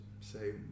say